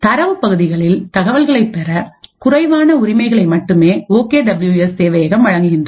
தரவு பகுதிகளில் தகவல்களை பெற குறைவான உரிமைகளை மட்டுமே ஓகே டபிள்யூ எஸ் சேவையகம் வழங்குகின்றது